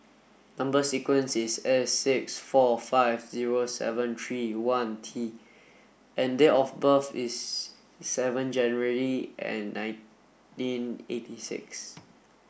number sequence is S six four five zero seven three one T and date of birth is seven January nineteen eighty six